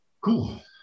Cool